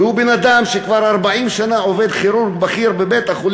והוא בן-אדם שכבר 40 שנה עובד ככירורג בבית-החולים,